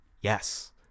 yes